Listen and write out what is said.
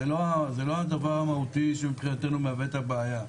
זה לא הדבר המהותי שמבחינתנו מהווה את הבעיה.